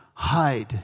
hide